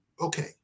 okay